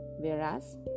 Whereas